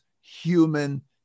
human